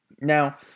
Now